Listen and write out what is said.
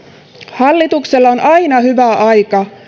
hallituksella on aina hyvä aika